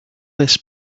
this